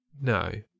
no